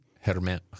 Herman